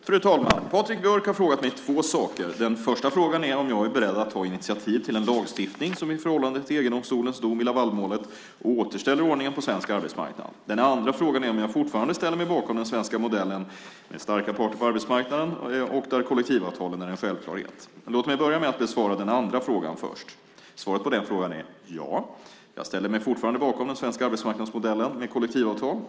Fru talman! Patrik Björck har frågat mig två saker. Den första frågan är om jag är beredd att ta initiativ till en lagstiftning som i förhållande till EG-domstolens dom i Lavalmålet återställer ordningen på svensk arbetsmarknad. Den andra frågan är om jag fortfarande ställer mig bakom den svenska modellen med starka parter på arbetsmarknaden och där kollektivavtalen är en självklarhet. Låt mig börja med att besvara den andra frågan. Svaret på den frågan är ja. Jag ställer mig fortfarande bakom den svenska arbetsmarknadsmodellen med kollektivavtal.